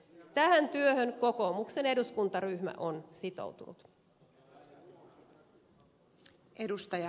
tähän työhön kokoomuksen eduskuntaryhmä on sitoutunut